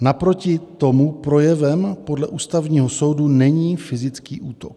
Naproti tomu projevem podle Ústavního soudu není fyzický útok.